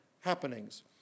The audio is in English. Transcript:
happenings